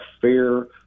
fair